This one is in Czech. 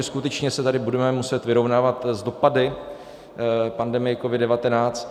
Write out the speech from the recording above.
Skutečně se tady budeme muset vyrovnávat s dopady pandemie COVID19.